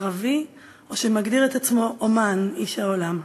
ערבי, או שמגדיר את עצמו אמן, איש העולם.